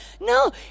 no